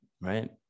Right